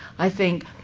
i think,